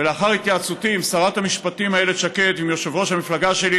ולאחר התייעצותי עם שרת המשפטים איילת שקד ועם יושב-ראש המפלגה שלי,